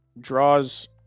draws